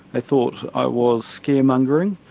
thought i was scare mongering.